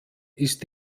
ist